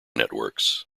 networks